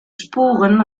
spuren